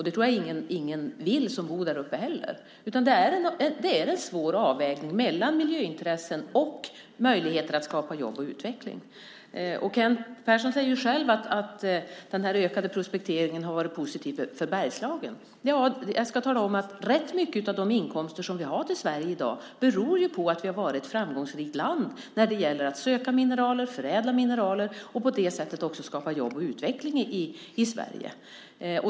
Det tror jag inte att någon som bor där uppe vill. Det är en svår avvägning mellan miljöintressen och möjligheter att skapa jobb och utveckling. Kent Persson säger själv att den ökade prospekteringen har varit positiv för Bergslagen. Många av de inkomster som vi har i Sverige i dag grundar sig på att vi har varit ett framgångsrikt land när det gäller att söka och förädla mineraler och på det sättet också skapa jobb och utveckling i Sverige.